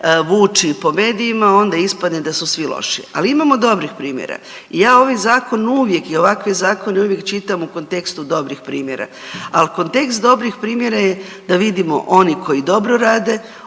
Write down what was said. vući po medijima onda ispadne da su svi loši, ali imamo i dobrih primjera. Ja ovaj zakon uvijek i ovakve zakone uvijek čitam u kontekstu dobrih primjera, a kontekst dobrih primjera je da vidimo oni koji dobro rade